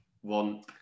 one